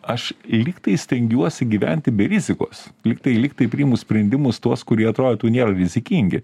aš lyg tai stengiuosi gyventi be rizikos lyg tai lyg tai priimu sprendimus tuos kurie atrodytų nėra rizikingi